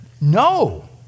No